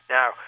Now